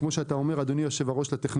כפי שאתה אומר אדוני היושב ראש,